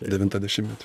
devintą dešimtmetį